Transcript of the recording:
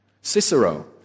Cicero